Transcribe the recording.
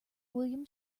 william